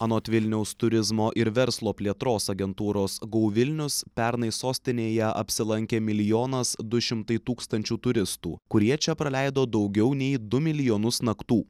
anot vilniaus turizmo ir verslo plėtros agentūros gou vilnius pernai sostinėje apsilankė milijonas du šimtai tūkstančių turistų kurie čia praleido daugiau nei du milijonus naktų